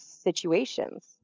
situations